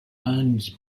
and